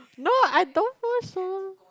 no I don't false so